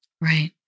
Right